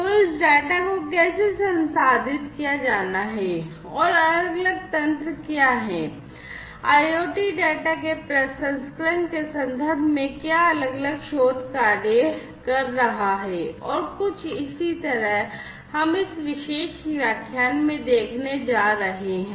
तो इस डेटा को कैसे संसाधित किया जाना है और अलग अलग तंत्र क्या हैं IoT डेटा के प्रसंस्करण के संदर्भ में क्या अलग अलग शोध कार्य कर रहा हैं और कुछ इसी तरह हम इस विशेष व्याख्यान में देखने जा रहे हैं